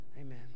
Amen